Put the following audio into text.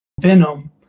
Venom